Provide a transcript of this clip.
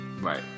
Right